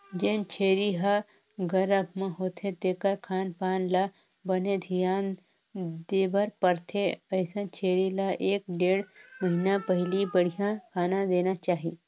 जेन छेरी ह गरभ म होथे तेखर खान पान ल बने धियान देबर परथे, अइसन छेरी ल एक ढ़ेड़ महिना पहिली बड़िहा खाना देना चाही